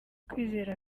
kwizera